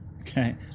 Okay